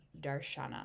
darshana